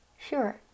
sure